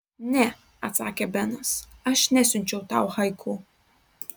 ne atsakė benas aš nesiunčiau tau haiku